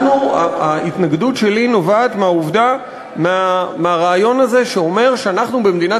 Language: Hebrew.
ההתנגדות שלי נובעת מהרעיון הזה שאומר שאנחנו במדינת